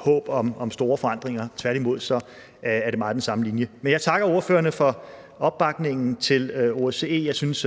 håb om store forandringer. Tværtimod er det meget den samme linje. Men jeg takker ordførerne for opbakningen til OSCE. Jeg synes,